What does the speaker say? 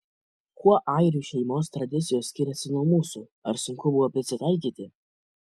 kuo airių šeimos tradicijos skiriasi nuo mūsų ar sunku buvo prisitaikyti